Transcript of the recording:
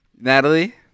Natalie